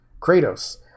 Kratos